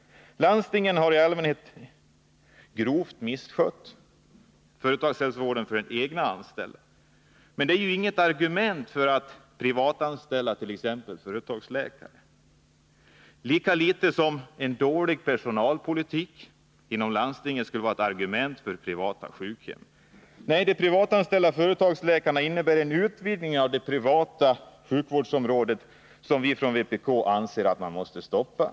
Landstingen har i allmänhet grovt misskött företagshälsovården för sina egna anställda, men detta är ju inget argument för att t.ex. privatanställa företagsläkare, lika litet som dålig personalpolitik inom ett landsting skulle vara ett argument för privata sjukhem. Nej, de privatanställda företagsläkarna innebär en utvidgning av det privata sjukvårdsområdet vilken vi från vpk anser måste stoppas.